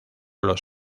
los